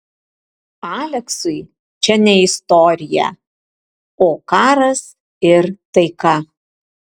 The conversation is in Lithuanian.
aleksui čia ne istorija o karas ir taika